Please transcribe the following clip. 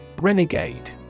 Renegade